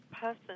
person